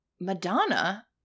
Madonna